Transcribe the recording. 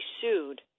sued